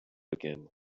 again